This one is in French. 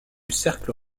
cercle